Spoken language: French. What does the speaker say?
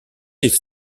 les